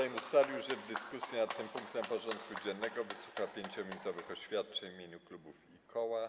Sejm ustalił, że w dyskusji nad tym punktem porządku dziennego wysłucha 5-minutowych oświadczeń w imieniu klubów i koła.